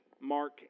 Mark